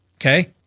okay